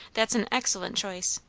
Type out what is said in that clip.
that's an excellent choice.